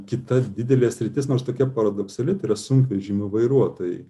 kita didelė sritis nors tokia paradoksali tai yra sunkvežimių vairuotojai